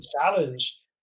challenge